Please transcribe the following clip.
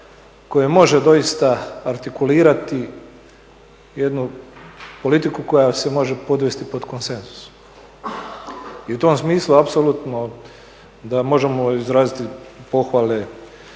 Hvala i vama